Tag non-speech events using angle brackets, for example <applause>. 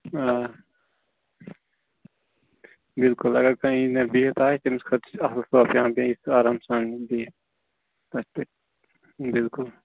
آ بلکل اگر کانٛہہ <unintelligible> بہتھ آسہِ تٔمس خٲطرٕ چھِ اصٕل صوفہٕ دِوان بیٚیہِ ہیٚکہِ سُہ آرام سان بہتھ اَتھ پٮ۪ٹھ بلکل